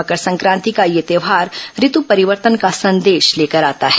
मकर संक्रांति का यह त्यौहार ऋतु परिवर्तन का संदेश लेकर आता है